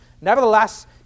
Nevertheless